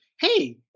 Hey